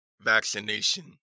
vaccination